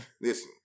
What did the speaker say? listen